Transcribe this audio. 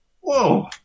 Whoa